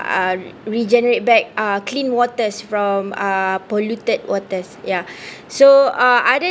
uh regenerate back uh clean waters from uh polluted waters ya so uh other